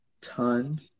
ton